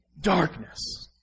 Darkness